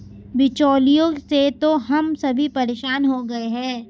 बिचौलियों से तो हम सभी परेशान हो गए हैं